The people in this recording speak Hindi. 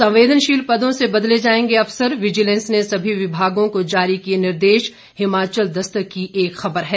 संवेदनशील पदों से बदले जाएंगे अफसर विजिलेंस ने सभी विभागों को जारी किए निर्देश हिमाचल दस्तक की एक ख़बर है